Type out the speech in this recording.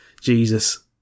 Jesus